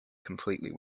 completely